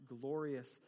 glorious